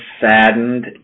saddened